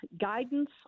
guidance